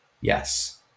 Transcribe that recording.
yes